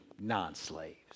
non-slaves